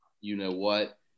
you-know-what